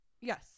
Yes